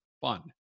fun